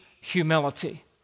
humility